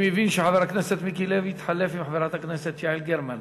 אני מבין שחבר הכנסת מיקי לוי התחלף עם חברת הכנסת יעל גרמן.